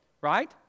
right